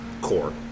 core